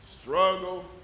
struggle